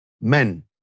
men